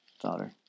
daughter